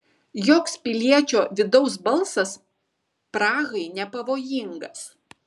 joks piliečio vidaus balsas prahai nepavojingas